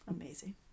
amazing